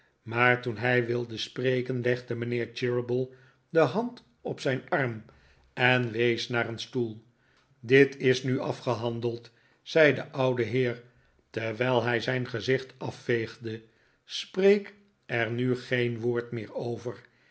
maar toen hij wilde spreken legde mijnheer cheeryble de hand op zijn arm en wees naar een stoel dit is nu afgehandeld zei de oude heer terwijl hij zijn gezicht afveegde spreek er nu geen woord meer over